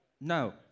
No